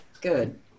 good